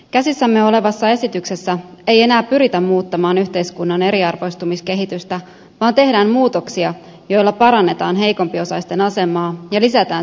käsissämme olevassa esityksessä ei enää pyritä muuttamaan yhteiskunnan eriarvoistumiskehitystä vaan tehdään muutoksia joilla parannetaan heikompiosaisten asemaa ja lisätään siten oikeudenmukaisuutta